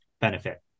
benefit